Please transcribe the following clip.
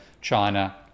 China